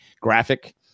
graphic